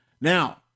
Now